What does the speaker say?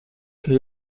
che